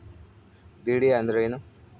DD ಅಂದ್ರೇನು?